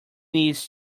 needs